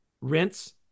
rinse